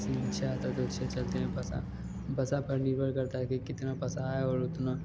किसी में छः आता है तो छः चलते है पासा पासे पर निर्भर करता है कि कितना पासा आया और उतना